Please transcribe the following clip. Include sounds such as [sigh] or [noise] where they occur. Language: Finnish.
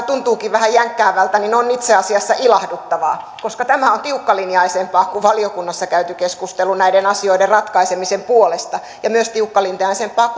[unintelligible] tuntuukin vähän jänkkäävältä on itse asiassa ilahduttavaa koska tämä on tiukkalinjaisempaa kuin valiokunnassa käyty keskustelu näiden asioiden ratkaisemisen puolesta ja myös tiukkalinjaisempaa [unintelligible]